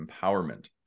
empowerment